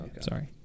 sorry